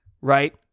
right